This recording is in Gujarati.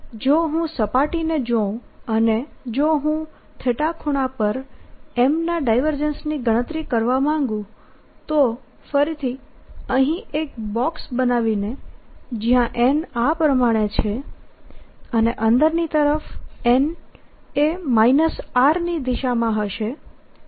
જો હું સપાટીને જોઉં અને જો હું ખૂણા પર M ના ડાયવર્જન્સની ગણતરી કરવા માંગુ તો ફરીથી અહીં એક બોક્સ બનાવીને જ્યા n આ પ્રમાણે છે અને અંદરની તરફ n એ માઈનસ r ની દિશામાં હશે અને M આ દિશામાં છે